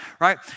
right